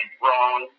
wrong